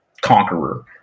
conqueror